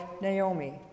Naomi